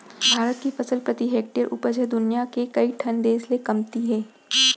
भारत के फसल प्रति हेक्टेयर उपज ह दुनियां के कइ ठन देस ले कमती हे